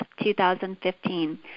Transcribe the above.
2015